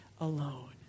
alone